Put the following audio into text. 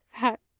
That